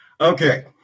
Okay